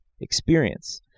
experience